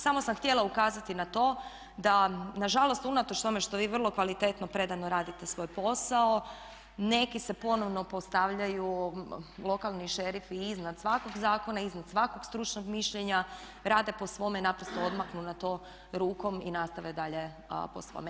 Samo sam htjela ukazati na to da nažalost unatoč tome što vi vrlo kvalitetno i predano radite svoj posao neki se ponovno postavljaju lokalni šerifi iznad svakog zakona, iznad svakog stručnog mišljenja, rade po svome i naprosto odmahnu na to rukom i nastave dalje po svome.